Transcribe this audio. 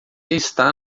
está